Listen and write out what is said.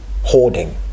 hoarding